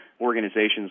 Organizations